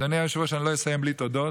אדוני היושב-ראש, אני לא אסיים בלי תודות.